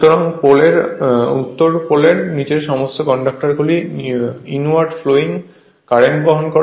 সুতরাং উত্তর পোলর নীচে সমস্ত কন্ডাক্টরগুলি ইনওয়ার্ড ফ্লোয়িং কারেন্ট বহন করে